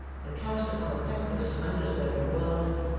and cast upon a thankless, undeserving world,